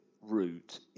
route